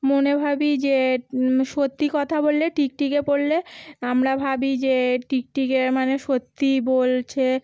মনে ভাবি যে সত্যি কথা বললে টিকটিকি পড়লে আমরা ভাবি যে টিকটিকির মানে সত্যিই বলছে